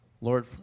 Lord